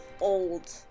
old